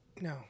No